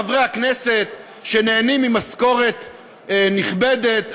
חברי הכנסת שנהנים ממשכורת נכבדת,